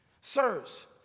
Sirs